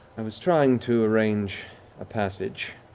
i was trying to arrange ah passage